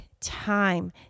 time